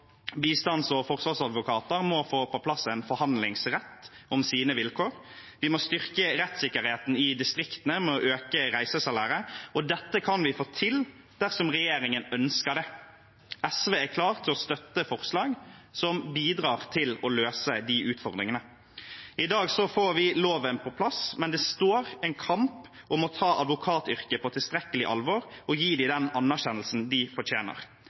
bistands- og forsvarsadvokater må få på plass en forhandlingsrett om sine vilkår. Vi må styrke rettssikkerheten i distriktene ved å øke reisesalæret. Dette kan vi få til dersom regjeringen ønsker det. SV er klar til å støtte forslag som bidrar til å løse de utfordringene. I dag får vi loven på plass, men det står en kamp om å ta advokatyrket på tilstrekkelig alvor og gi dem den anerkjennelsen de fortjener.